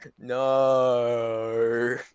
No